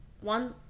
one